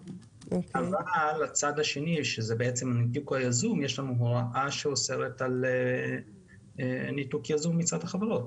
אבל הצד השני הוא שיש לנו הוראה שאוסרת על ניתוק יזום מצד החברות.